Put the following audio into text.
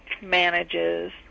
manages